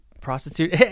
prostitute